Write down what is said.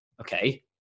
okay